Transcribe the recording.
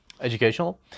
educational